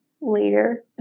later